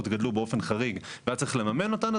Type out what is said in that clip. גדלו באופן חריג וצריך היה לממן אותן.